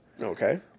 Okay